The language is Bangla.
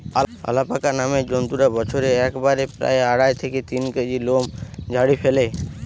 অ্যালাপাকা নামের জন্তুটা বছরে একবারে প্রায় আড়াই থেকে তিন কেজি লোম ঝাড়ি ফ্যালে